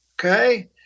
okay